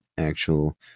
actual